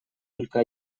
только